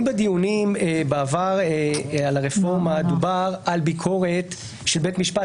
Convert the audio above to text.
אם בדיונים בעבר על הרפורמה דובר על ביקורת של בית משפט,